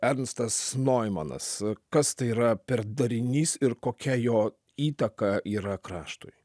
ernstas noimanas kas tai yra per darinys ir kokia jo įtaka yra kraštui